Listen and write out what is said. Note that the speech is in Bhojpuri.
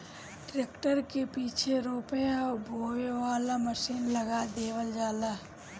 ट्रैक्टर के पीछे रोपे या बोवे वाला मशीन लगा देवल जाला